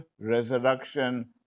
resurrection